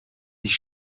ich